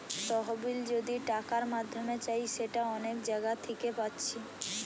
তহবিল যদি টাকার মাধ্যমে চাই সেটা অনেক জাগা থিকে পাচ্ছি